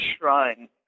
shrine